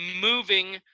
moving